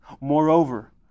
Moreover